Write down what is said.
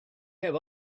have